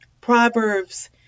Proverbs